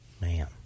man